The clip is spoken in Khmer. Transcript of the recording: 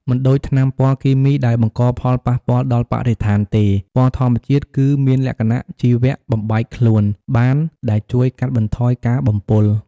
មិនដូចថ្នាំពណ៌គីមីដែលបង្កផលប៉ះពាល់ដល់បរិស្ថានទេ ពណ៌ធម្មជាតិគឺមានលក្ខណៈជីវៈបំបែកខ្លួនបានដែលជួយកាត់បន្ថយការបំពុល។